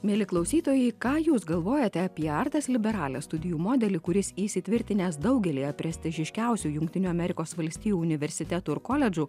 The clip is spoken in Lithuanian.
mieli klausytojai ką jūs galvojate apie artes liberales studijų modelį kuris įsitvirtinęs daugelyje prestižiškiausių jungtinių amerikos valstijų universitetų ir koledžų